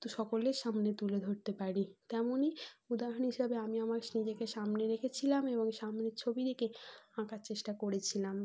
তো সকলের সামনে তুলে ধরতে পারি তেমনই উদাহরণ হিসাবে আমি আমার নিজেকে সামনে রেখেছিলাম এবং সামনে ছবি রেখে আঁকার চেষ্টা করেছিলাম